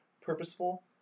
purposeful